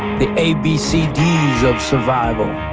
the abcds of survival.